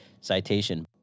citation